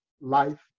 life